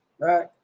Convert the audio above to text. right